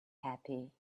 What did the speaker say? happy